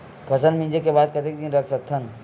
फसल मिंजे के बाद कतेक दिन रख सकथन?